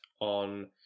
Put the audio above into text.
on